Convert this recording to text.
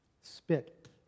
spit